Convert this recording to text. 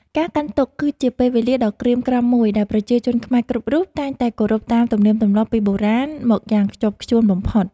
ការកាន់ទុក្ខ គឺជាពេលវេលាដ៏ក្រៀមក្រំមួយដែលប្រជាជនខ្មែរគ្រប់រូបតែងតែគោរពតាមទំនៀមទម្លាប់ពីបុរាណមកយ៉ាងខ្ជាប់ខ្ជួនបំផុត។